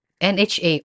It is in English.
NHA